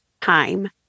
time